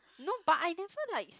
no but I never like